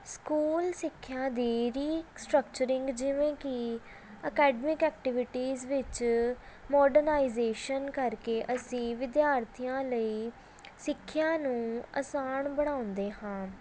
school ਸਿੱਖਿਆ ਦੀ restructuring ਜਿਵੇਂ ਕਿ ਅਕੈਡਮਿਕ ਐਕਟੀਵਿਟੀਜ਼ ਵਿੱਚ ਮੋਡਰਨਾਈਜ਼ੇਸ਼ਨ ਕਰਕੇ ਅਸੀਂ ਵਿਦਿਆਰਥੀਆਂ ਲਈ ਸਿੱਖਿਆ ਨੂੰ ਆਸਾਨ ਬਣਾਉਂਦੇ ਹਾਂ